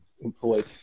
employed